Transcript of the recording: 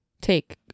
take